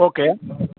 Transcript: okay